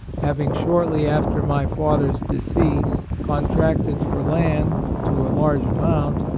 having, shortly after my father's decease, contracted for land to a large amount,